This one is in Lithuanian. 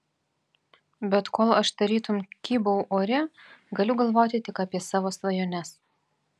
bet kol aš tarytum kybau ore galiu galvoti tik apie savo svajones